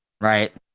right